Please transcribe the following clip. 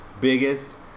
Biggest